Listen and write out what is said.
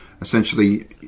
essentially